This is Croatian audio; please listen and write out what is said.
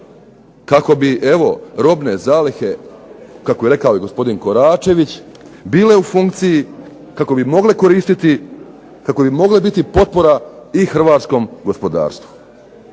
kako bi evo robne zalihe kako je rekao i gospodin Koračević, bile u funkciji kako bi mogle koristiti, kako bi mogle biti potpora i hrvatskom gospodarstvu.